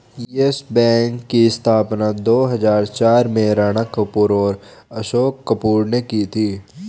yes Bank की स्थापना दो हजार चार में राणा कपूर और अशोक कपूर ने की थी